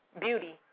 beauty